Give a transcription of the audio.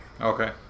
Okay